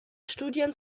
studien